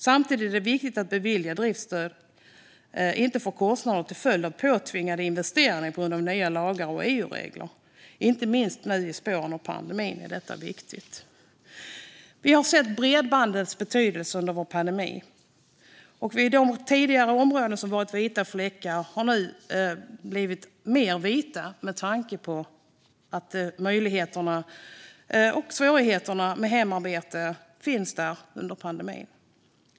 Samtidigt är det viktigt att beviljade driftsstöd inte ger kostnader till följd av påtvingade investeringar på grund av nya lagar och EU-regler. Inte minst i spåren av pandemin är detta viktigt. Vi har sett bredbandets betydelse under pandemin. Flera områden har nu blivit vita fläckar med tanke på att möjligheterna och svårigheterna med hemarbete finns där under pandemin.